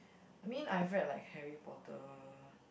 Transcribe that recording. I mean I've read like Harry Potter